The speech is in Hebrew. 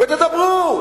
ותדברו.